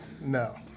no